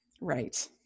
right